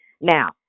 Now